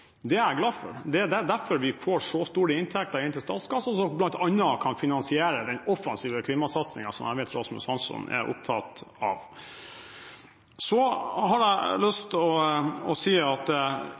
Det er jeg glad for. Det er derfor vi får så store inntekter til statskassen, som bl.a. kan finansiere den offensive klimasatsingen som jeg vet at Rasmus Hansson er opptatt av. Jeg har lyst å si at